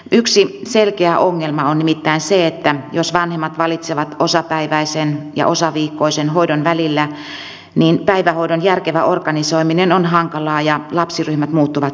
yksi selkeä ongelma on nimittäin se että jos vanhemmat valitsevat osapäiväisen ja osaviikkoisen hoidon välillä niin päivähoidon järkevä organisoiminen on hankalaa ja lapsiryhmät muuttuvat koko ajan